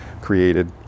created